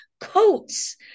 coats